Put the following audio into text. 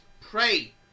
Pray